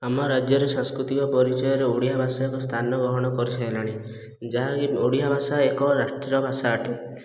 ଆମ ରାଜ୍ୟର ସଂସ୍କୃତିକ ଓ ପରିଚୟରେ ଓଡ଼ିଆ ଭାଷା ଏକ ସ୍ଥାନ ଗ୍ରହଣ କରିସାରିଲାଣି ଯାହାକି ଓଡ଼ିଆ ଭାଷା ଏକ ରାଷ୍ଟ୍ରଭାଷା ଅଟେ